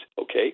okay